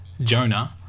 Jonah